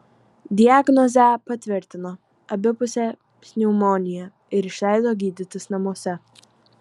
diagnozę patvirtino abipusė pneumonija ir išleido gydytis namuose